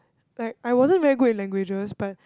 like I wasn't very good in languages but